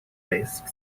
based